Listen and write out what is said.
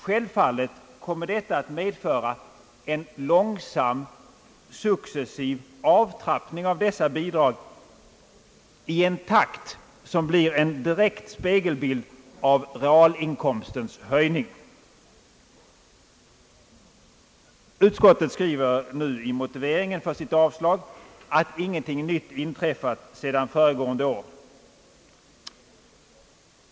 Självfallet kommer detta att medföra en långsam successiv avtrappning av bidragen, i en takt som blir en direkt spegelbild av realinkomstens höjning. Utskottet skriver nu i motiveringen för sitt avslagsyrkande att »ingenting nytt har inträffat» sedan föregående år.